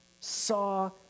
saw